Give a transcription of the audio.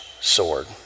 sword